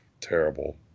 terrible